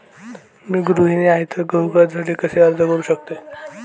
मी गृहिणी आहे तर गृह कर्जासाठी कसे अर्ज करू शकते?